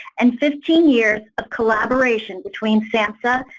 and fifteen years of collaboration between samhsa,